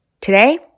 Today